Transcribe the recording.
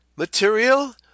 Material